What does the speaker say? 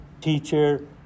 teacher